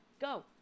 Go